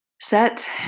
Set